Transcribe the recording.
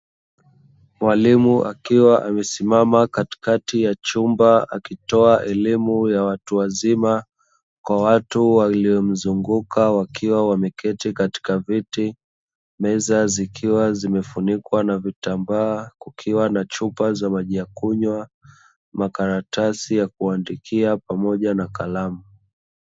Mwalimu akiwa amesimama katikati ya chumba akitoa elimu ya watu wazima, kwa watu waliomzunguka wakiwa wameketi katika viti, meza zikiwa zimefunikwa na vitambaa, kukiwa na chupa za maji ya kunywa, makaratasi ya kuandikia pamoja na kalamu.